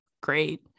great